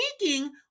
speaking